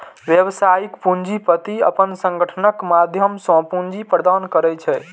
व्यावसायिक पूंजीपति अपन संगठनक माध्यम सं पूंजी प्रदान करै छै